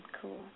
Cool